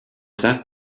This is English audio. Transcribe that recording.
that